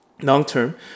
Long-term